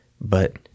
but-